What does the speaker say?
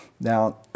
Now